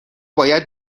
باید